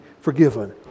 forgiven